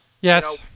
Yes